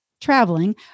traveling